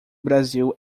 brasil